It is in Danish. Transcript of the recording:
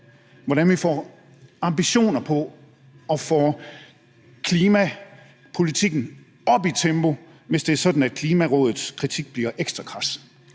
hvordan vi får ambitionerne og klimapolitiken op i tempo, hvis det er sådan, at Klimarådets kritik bliver ekstra kras?